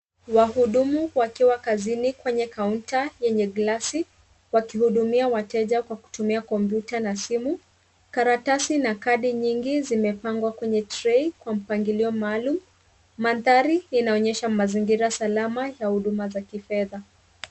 Wahudumu wakiwa kazini kwenye kaunta yenye glasi wakihudumia wateja kwa kutumia kompyuta na simu. Karatasi na kadi nyingi zimepangwa kwenye tray kwa mpangilio maalum. Mandhari inaonyesha mazingira salama ya huduma za kifedha.